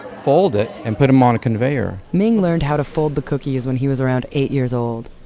fold it and put them on a conveyor ming learned how to fold the cookies when he was around eight years old.